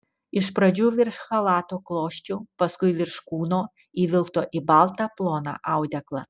iš pradžių virš chalato klosčių paskui virš kūno įvilkto į baltą ploną audeklą